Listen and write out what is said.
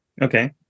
Okay